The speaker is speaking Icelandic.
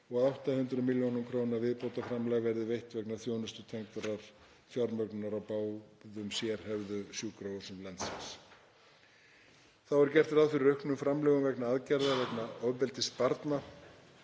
að 800 millj. kr. viðbótarframlag verði veitt vegna þjónustutengdrar fjármögnunar á báðum sérhæfðu sjúkrahúsum landsins. Þá er gert ráð fyrir auknum framlögum vegna aðgerða gegn ofbeldi barna,